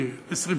20 שניות,